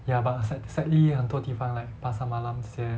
ya but sad sadly 很多地方 like pasar malam 这些